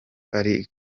ari